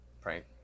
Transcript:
prank